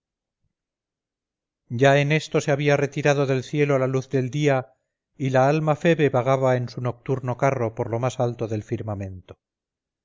ya en esto se había retirado del cielo la luz del día y la alma febe vagaba en su nocturno carro por lo más alto del firmamento